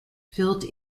filled